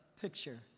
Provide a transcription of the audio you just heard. picture